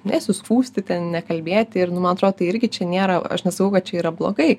nesiskųskti ten nekalbėti ir nu ma atro tai irgi čia nėra aš nesakau kad čia yra blogai